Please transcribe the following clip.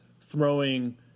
throwing